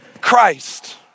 Christ